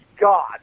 God